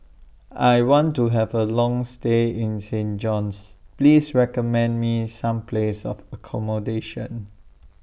I want to Have A Long stay in Saint John's Please recommend Me Some Places For accommodation